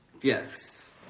Yes